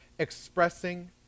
expressing